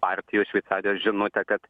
partijų sveikatos žinutė kad